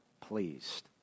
pleased